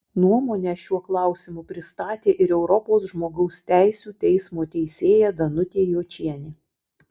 nuomonę šiuo klausimu pristatė ir europos žmogaus teisių teismo teisėja danutė jočienė